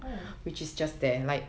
oh